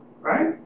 right